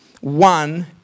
one